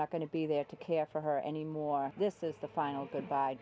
not going to be there to care for her anymore this is the final goodbye